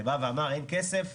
שבא ואמר: אין כסף.